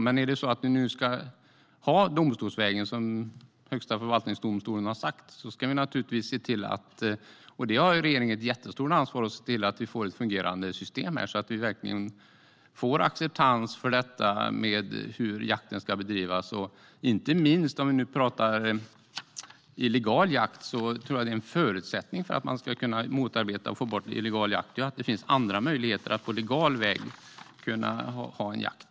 Men ska vi nu gå domstolsvägen, vilket Högsta förvaltningsdomstolen har sagt, måste regeringen se till att vi får ett fungerande system så att vi får acceptans för hur jakten ska bedrivas. Det handlar inte minst om illegal jakt. En förutsättning för att motarbeta och få bort illegal jakt är ju att det finns möjlighet att ha legal jakt.